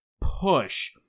push